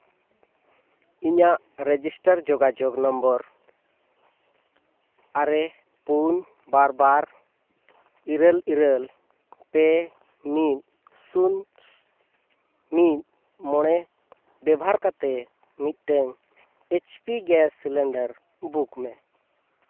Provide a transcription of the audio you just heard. ᱤᱧᱟᱹᱜ ᱨᱮᱡᱤᱥᱴᱟᱨ ᱡᱳᱜᱟᱡᱳᱜᱽ ᱱᱟᱢᱵᱟᱨ ᱟᱨᱮ ᱯᱩᱱ ᱵᱟᱨ ᱵᱟᱨ ᱤᱨᱟᱹᱞ ᱤᱨᱟᱹᱞ ᱯᱮ ᱢᱤᱫ ᱥᱩᱱ ᱢᱤᱫ ᱢᱚᱬᱮ ᱵᱮᱵᱷᱟᱨ ᱠᱟᱛᱮ ᱢᱤᱫᱴᱟᱝ H P gas cylinder book ᱢᱮ